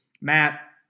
Matt